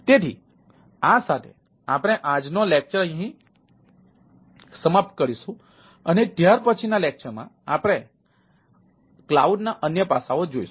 તેથી આ સાથે આપણે આપણું આજનો લેક્ચર સમાપ્ત કરીશું અને ત્યાર પછીના લેક્ચર માં આપણે કલાઉડના અન્ય પાસાંઓ જોઈશું